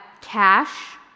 Cash